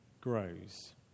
grows